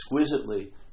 exquisitely